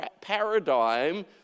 paradigm